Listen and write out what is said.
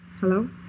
Hello